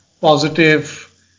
positive